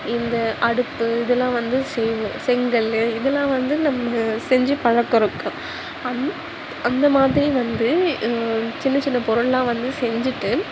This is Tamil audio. இந்த அடுப்பு இதெலாம் வந்து செய்வோம் செங்கல் இதெலாம் வந்து நம்ம செஞ்சு பழக்கம் இருக்கும் அந் அந்த மாதிரி வந்து சின்ன சின்ன பொருளெலாம் வந்து செஞ்சுட்டு